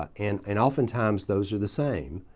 ah and and oftentimes those are the same.